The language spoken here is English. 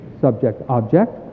subject-object